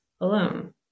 Alone